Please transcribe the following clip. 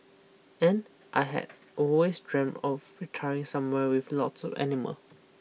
and I had always dreamed of retiring somewhere with lots of animal